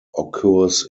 occurs